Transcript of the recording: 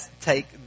take